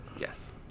Yes